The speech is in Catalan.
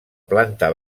planta